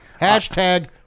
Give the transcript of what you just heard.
Hashtag